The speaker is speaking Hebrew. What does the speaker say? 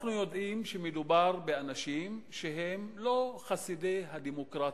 אנחנו יודעים שמדובר באנשים שהם לא חסידי הדמוקרטיה.